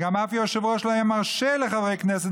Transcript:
וגם אף יושב-ראש לא היה מרשה לחברי כנסת